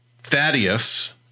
Thaddeus